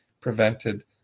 prevented